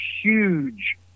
huge